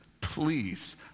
please